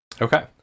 Okay